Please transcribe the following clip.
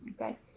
Okay